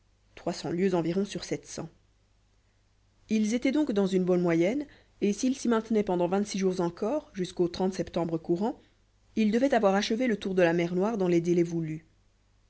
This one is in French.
cents lieues environ sur sept cents ils étaient donc dans une bonne moyenne et s'ils s'y maintenaient pendant vingt-six jours encore jusqu'au septembre courant ils devaient avoir achevé le tour de la mer noire dans les délais voulus